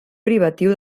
privatiu